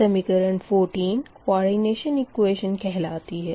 समीकरण 14 coordination equation कहलाती है